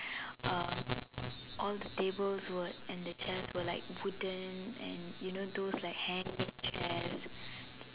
erm all the tables wood and the chairs were like wooden and you know those like hanging chairs